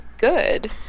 good